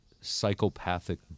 psychopathic